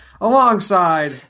alongside